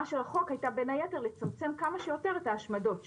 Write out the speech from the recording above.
של החוק הייתה בין היתר לצמצם כמה שיותר את ההשמדות,